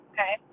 Okay